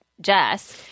Jess